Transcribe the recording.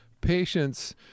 Patience